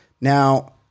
now